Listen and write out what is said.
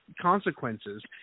consequences